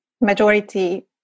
majority